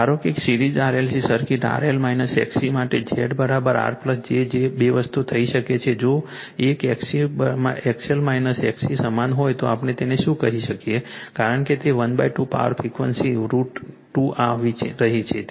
ધારો કે series RLC circuit XL XC માટે Z R j બે વસ્તુઓ થઈ શકે છે જો એક XL XC સમાન હોય તો આપણે તેને શું કહીએ છીએ કારણ કે તે 12 પાવર ફ્રીક્વન્સી છે √ 2 આવી શકે છે